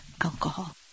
alcohol